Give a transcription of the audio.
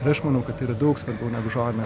ir aš manau kad tai yra daug svarbiau negu žodinė